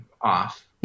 off